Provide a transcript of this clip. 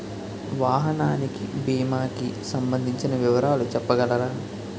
వాహనానికి భీమా కి సంబందించిన వివరాలు చెప్పగలరా?